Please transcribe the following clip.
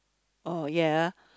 oh ya